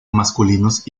masculinos